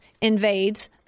invades